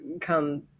come